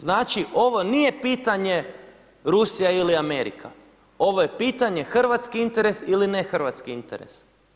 Znači ovo nije pitanje Rusija ili Amerika, ovo je pitanje hrvatski interes ili nehrvatski interes.